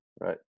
Right